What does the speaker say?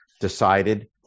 decided